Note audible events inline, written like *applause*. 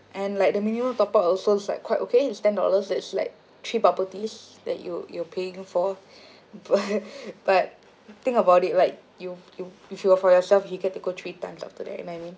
and like the minimum top up also it's like quite okay it's ten dollars that's like three bubble teas that you you're paying for but *laughs* but think about it right you you if you are for yourself you get to go three times after that you know what I mean